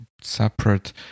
separate